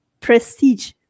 prestige